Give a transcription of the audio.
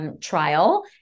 trial